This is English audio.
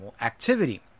activity